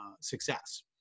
success